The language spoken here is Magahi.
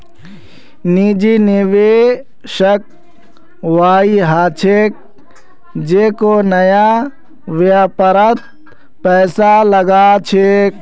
निजी निवेशक वई ह छेक जेको नया व्यापारत पैसा लगा छेक